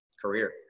career